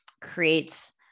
creates